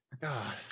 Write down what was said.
God